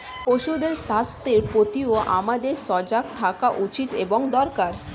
পশুদের স্বাস্থ্যের প্রতিও আমাদের সজাগ থাকা উচিত এবং দরকার